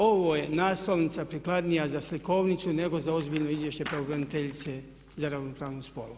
Ovo je naslovnica prikladnija za slikovnicu nego za ozbiljno izvješće pravobraniteljice za ravnopravnost spolova.